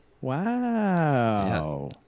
Wow